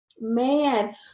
man